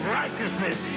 righteousness